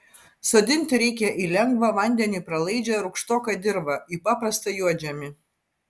sodinti reikia į lengvą vandeniui pralaidžią rūgštoką dirvą į paprastą juodžemį